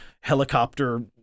helicopter